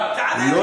אתה יודע את זה?